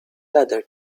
leather